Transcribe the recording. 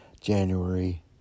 January